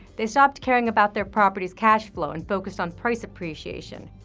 they stopped caring about their properties' cash flow and focused on price appreciation.